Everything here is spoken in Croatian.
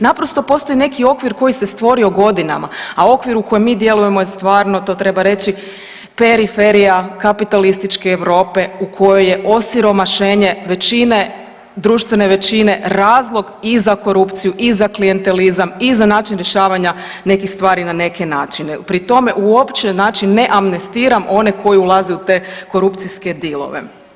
Naprosto postoji neki okvir koji se stvorio godinama, a okvir u kojem mi djelujemo je stvarno, to treba reći, periferija kapitalističke Europe u kojoj je osiromašenje većine, društvene većine razlog i za korupciju i za klijentelizam i za način rješavanja nekih stvari na neke načine pri tome uopće znači ne amnestiram one koji ulaze u te korupcijske dilove.